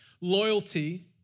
loyalty